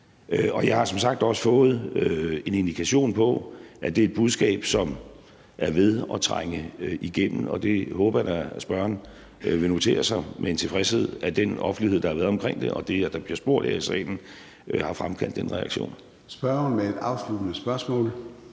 Jeg har som sagt også fået en indikation på, at det er et budskab, som er ved at trænge igennem, og det håber jeg da at spørgeren vil notere sig med tilfredshed, altså at den offentlighed, der har været omkring det, og det, at der bliver spurgt her i salen, har fremkaldt den reaktion. Kl. 13:11 Formanden (Søren